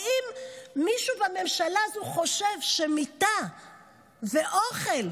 האם מישהו בממשלה הזו חושב שמיטה ואוכל,